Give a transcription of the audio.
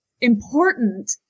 important